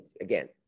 again